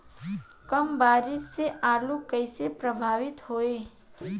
कम बारिस से आलू कइसे प्रभावित होयी?